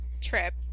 trip